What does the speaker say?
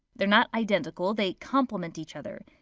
they're not identical they complement each other.